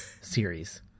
series